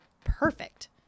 perfect